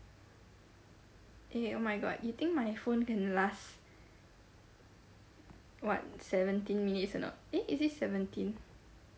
eh oh my god you think my phone can last what seventeen minutes or not eh is it seventeen